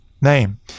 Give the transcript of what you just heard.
name